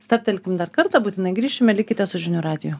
stabtelkim dar kartą būtinai grįšime likite su žinių radiju